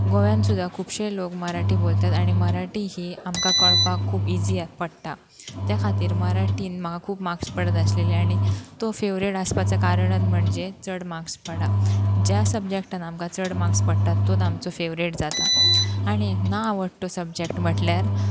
गोंयान सुद्दा खुबशे लोक मराठी बोलतात आनी मराठी ही आमकां कळपाक खूब इजी पडटा त्या खातीर मराठीन म्हाका खूब मार्क्स पडत आसलेली आनी तो फेवरेट आसपाच्या कारणान म्हणजे चड मार्क्स पडा ज्या सबजेक्टान आमकां चड मार्क्स पडटा तोच आमचो फेवरेट जाता आनी ना आवडटो सबजेक्ट म्हटल्यार